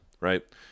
right